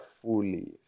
fully